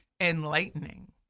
enlightening